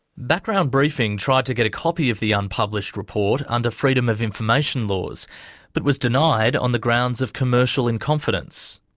background briefing tried to get a copy of the unpublished report under freedom of information laws but was denied on the grounds of commercial in confidence.